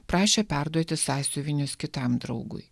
prašė perduoti sąsiuvinius kitam draugui